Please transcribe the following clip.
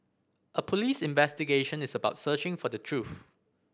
a police investigation is about searching for the truth